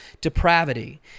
depravity